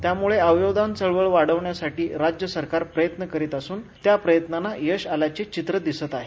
त्यामुळे अवयवदान चळवळ वाढविण्यासाठी राज्य सरकार प्रयत्न करीत असून त्या प्रयत्नांना यश आल्याचे चित्र दिसत आहे